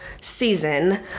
season